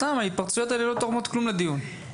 סתם, ההתפרצויות האלה לא תורמות כלום לדיון...